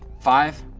five,